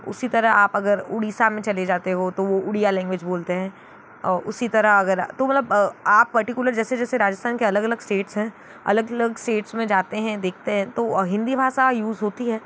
उसी तरह आप अगर उड़ीसा में चले जाते हो तो वो उड़िया लैंग्वेज बोलते हैं उसी तरह अगर तो मतलब आप पर्टिकुलर जैसे जैसे राजस्थान के अलग अलग स्टेट्स हैं अलग अलग स्टेट्स में जाते हैं देखते है तो हिंदी भाषा यूज़ होती है